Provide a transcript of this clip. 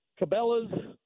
Cabela's